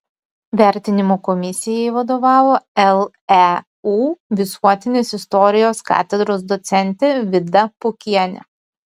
vertinimo komisijai vadovavo leu visuotinės istorijos katedros docentė vida pukienė